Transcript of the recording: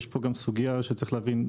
סוגיה שצריך להבין,